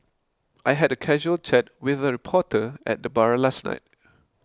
I had a casual chat with a reporter at the bar last night